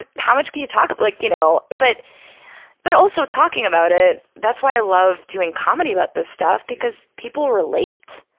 how much can you talk, like, you know, but but also, talking about it, that's why i love doing comedy about this stuff, because people relate,